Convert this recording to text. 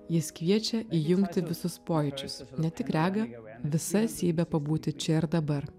jis kviečia įjungti visus pojūčius ne tik regą visa esybe pabūti čia ir dabar